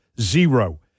Zero